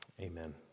amen